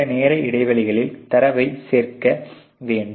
சில நேர இடைவெளிகளில் தரவை சேகரிக்க வேண்டும்